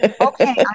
Okay